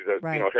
right